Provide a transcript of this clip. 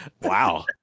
Wow